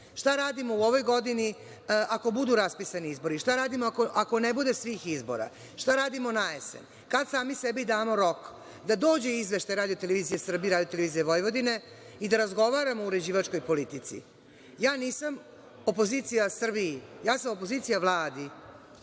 Šta radimo u ovoj godini ako budu raspisani izbori? Šta radimo ako ne bude svih izbora? Šta radimo na jesen? Kad sami sebi damo rok da dođe izveštaj RTS i RTV i da razgovaramo o uređivačkoj politici. Ja nisam opozicija Srbiji, ja sam opozicija Vladi